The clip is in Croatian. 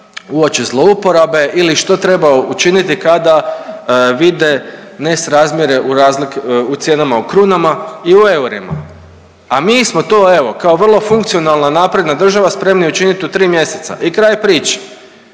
uopće zlouporabe ili što treba učiniti kada vide nesrazmjere u cijenama u krunama i u eurima, a mi smo to evo, kao vrlo funkcionalna, napredna država spremni učiniti u 3 mjeseca i kraj priče.